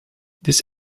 this